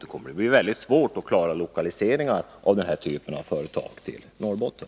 Det kommer att bli mycket svårt att klara lokaliseringar av den här typen av företag till Norrbotten.